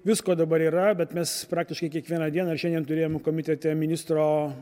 visko dabar yra bet mes praktiškai kiekvieną dieną šiandien turėjome komitete ministro